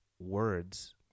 words